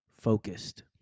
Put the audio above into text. focused